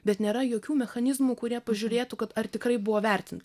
bet nėra jokių mechanizmų kurie pažiūrėtų kad ar tikrai buvo vertinta